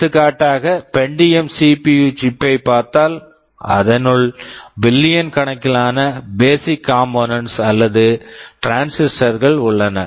எடுத்துக்காட்டாக Pentium Pentium CPU cpu chip chip பைப் பார்த்தால் அதனுள் பில்லியன் கணக்கிலான பேசிக் காம்போனெண்ட்ஸ் basic components அல்லது டிரான்சிஸ்டர் transistors கள் உள்ளன